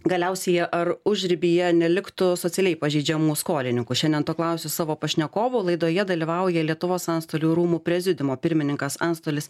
galiausyje ar užribyje neliktų socialiai pažeidžiamų skolininkų šiandien to klausiu savo pašnekovų laidoje dalyvauja lietuvos antstolių rūmų prezidiumo pirmininkas antstolis